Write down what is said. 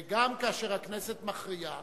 גם כאשר הכנסת מכריעה,